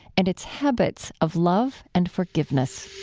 and its habits of love and forgiveness